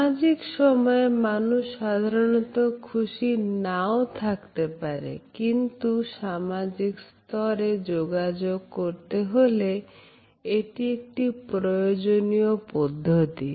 সামাজিক সময় মানুষ সাধারণত খুশি নাও থাকতে পারে কিন্তু সামাজিক স্তরের যোগাযোগ করতে হলে এটি একটি প্রয়োজনীয় পদ্ধতি